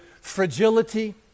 fragility